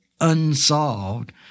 unsolved